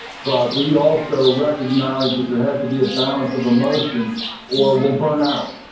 but we also recognize that there has to be a balance of emotion or we'll burn out.